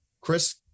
Chris